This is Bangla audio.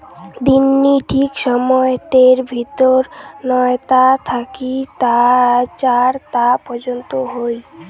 দিননি ঠিক সময়তের ভিতর নয় তা থাকি চার তা পর্যন্ত হই